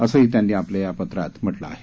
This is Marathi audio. असंही त्यांनी आपल्या या पत्रात म्हटलं आहे